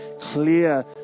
clear